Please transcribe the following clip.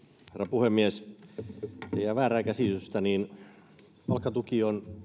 puhemies ettei jää väärää käsitystä palkkatuki on